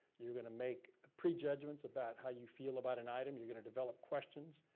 you're gonna make prejudgments about how you feel about an item your gonna develop questions.